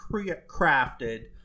crafted